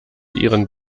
ihren